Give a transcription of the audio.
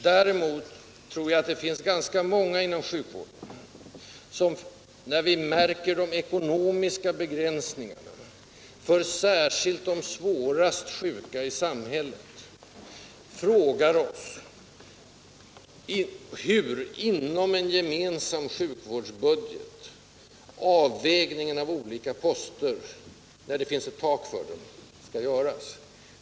Däremot tror jag att vi är ganska många inom sjukvården som — inför de ekonomiska begränsningar vi arbetar under, särskilt för de svårast sjuka i samhället — frågar oss hur avvägningen mellan olika poster inom en gemensam sjukvårdsbudget bör göras.